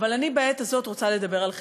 אבל אני בעת הזאת רוצה לדבר על חיפה.